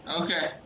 Okay